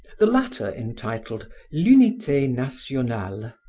the latter entitled l'unite nationale.